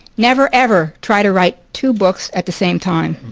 never, ever try to write two books at the same time.